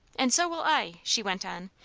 and so will i, she went on.